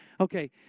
Okay